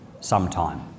sometime